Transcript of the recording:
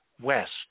west